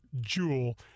jewel